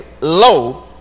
low